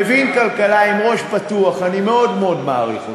מבין כלכלה, עם ראש פתוח, אני מאוד מעריך אותו,